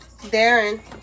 Darren